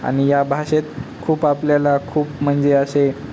आणि या भाषेत खूप आपल्याला खूप म्हणजे असे